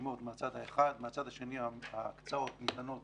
רשימות מהצד האחד, מהצד השני ההצעות ניתנות